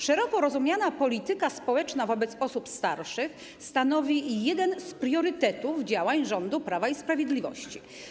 Szeroko rozumiana polityka społeczna wobec osób starszych stanowi jeden z priorytetów działań rządu Prawa i Sprawiedliwości.